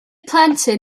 plentyn